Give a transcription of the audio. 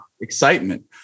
excitement